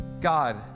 God